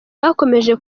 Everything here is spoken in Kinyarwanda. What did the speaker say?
bakomeje